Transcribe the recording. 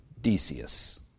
Decius